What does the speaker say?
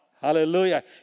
Hallelujah